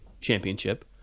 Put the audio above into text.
championship